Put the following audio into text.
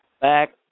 back